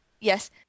Yes